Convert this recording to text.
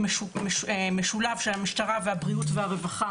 משולב של המשטרה והבריאות והרווחה